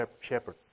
shepherd